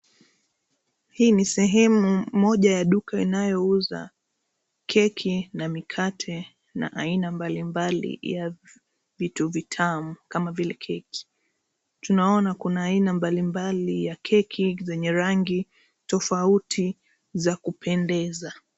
Hii ni sehemu moja ya duka inayouza keki na mikate na aina mbalimbali ya vitu vitamu kama vile keki. Tunaona kuna aina mbalimbali ya keki zenye rangi tofauti za kupendeza.